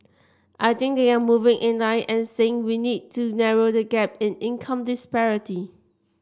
I think they are moving in line and saying we need to narrow the gap in income disparity